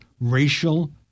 racial